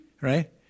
Right